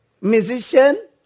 musician